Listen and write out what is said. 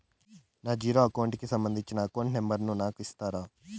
నా zero account కి సంబంధించి అకౌంట్ నెంబర్ ను నాకు ఇస్తారా